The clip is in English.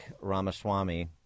Ramaswamy